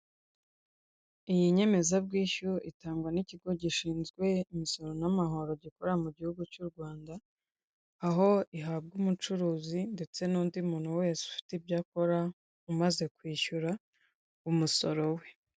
Iyi nyemezabwishyu itangwa n'ikigo gishinzwe imisoro n'amahoro gikorera mu gihugu cy'u Rwanda, aho ihabwa umucuruzi ndetse n'undi muntu wese ufite ibyo akora umaze kwishyura umusoro we.